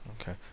Okay